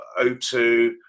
O2